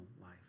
life